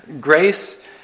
Grace